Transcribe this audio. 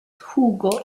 hugo